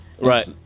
Right